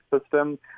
system